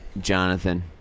Jonathan